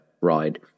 ride